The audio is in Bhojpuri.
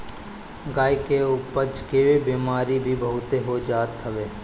गाई के अपच के बेमारी भी बहुते हो जात हवे